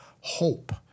hope